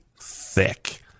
thick